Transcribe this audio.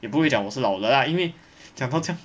也不会讲我是老了 lah 因为讲到这样